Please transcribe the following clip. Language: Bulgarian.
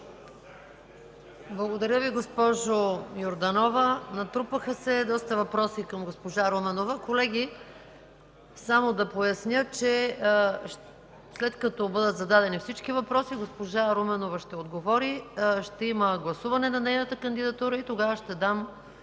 Благодаря Ви, госпожо Йорданова. Натрупаха се доста въпроси към госпожа Руменова. Колеги, само да поясня, че след като бъдат зададени всички въпроси, госпожа Руменова ще отговори, ще има гласуване на нейната кандидатура и тогава ще дам